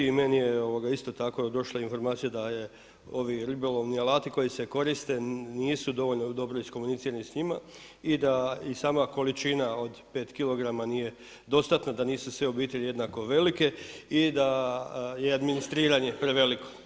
I meni je isto tako došla informacija da je ovi ribolovni alati koji se koriste nisu dovoljno dobro iskomunicirani sa njima i da i sama količina od 5 kg nije dostatna, da nisu sve obitelji jednako velike i da je administriranje preveliko.